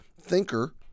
thinker